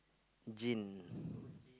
gin